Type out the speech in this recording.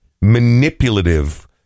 manipulative